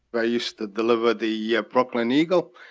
i used to deliver the yeah brooklyn eagle,